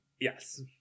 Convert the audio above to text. Yes